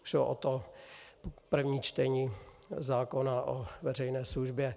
Šlo o to první čtení zákona o veřejné službě.